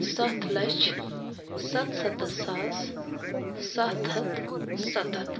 سَتھ لَچھ سَتسَتَتھ ساس سَتھ ہَتھ سَتَتھ